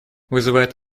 вызывает